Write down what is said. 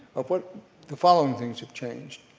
ah but the following things have changed,